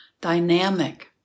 Dynamic